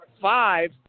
five